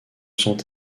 sont